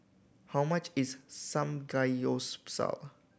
how much is Samgyeopsal